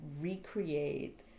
recreate